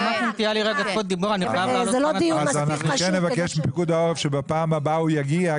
אז אנחנו כן נבקש מפיקוד העורף שבפעם הבאה הוא יגיע,